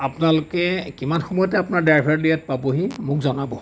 আপোনালোকে কিমান সময়ত আপোনাৰ ড্ৰাইভাৰ ইয়াত পাবহি মোক জনাব